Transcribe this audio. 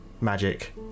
magic